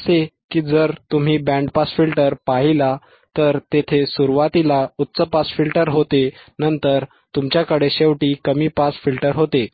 जसे की जर तुम्ही बँड पास फिल्टर पाहिला तर तेथे सुरुवातीला उच्च पास फिल्टर होते नंतर तुमच्याकडे शेवटी कमी पास फिल्टर होते